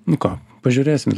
nu ką pažiūrėsim